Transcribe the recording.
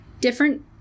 different –